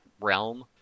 realm